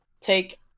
take